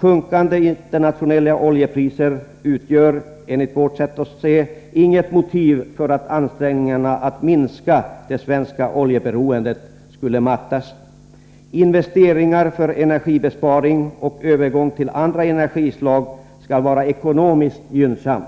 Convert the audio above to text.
Sjunkande internationella oljepriser utgör enligt vår uppfattning inget motiv för att ansträngningarna att minska det svenska oljeberoendet mattas. Investeringar för energibesparing och övergång till andra energislag skall vara ekonomiskt gynnsamma.